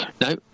No